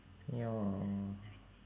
ya